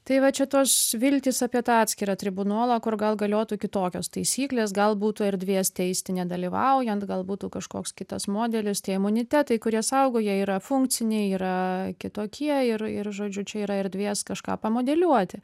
tai va čia tos viltys apie tą atskirą tribunolą kur gal galiotų kitokios taisyklės gal būtų erdvės teisti nedalyvaujant gal būtų kažkoks kitas modelis tie imunitetai kurie saugoja yra funkciniai yra kitokie ir ir žodžiu čia yra erdvės kažką pamodeliuoti